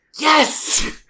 Yes